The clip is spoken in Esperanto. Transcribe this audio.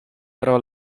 pro